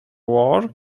war